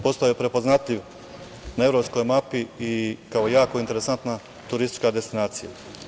Postao je prepoznatljiv na evropskoj mapi i kao jako interesantna turistička destinacija.